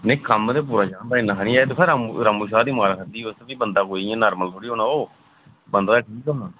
नेईं कम्म ते पूरा जानदा इन्ना नी ऐ दिक्खो रामू रामू शा दी मार खाद्धी दी होग ते बंदा फिर कोई नार्मल थोह्ड़ी होना ओह् बंदा ते ठीक होना